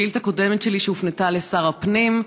בשאילתה קודמת שלי, שהופנתה לשר הפנים,